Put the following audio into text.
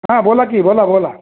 हा बोला की बोला बोला